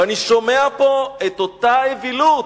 ואני שומע פה את אותה אווילות,